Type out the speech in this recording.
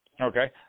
Okay